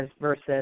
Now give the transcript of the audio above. versus